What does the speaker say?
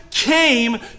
came